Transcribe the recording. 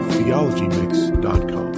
TheologyMix.com